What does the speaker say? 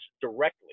directly